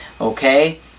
Okay